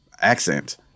accent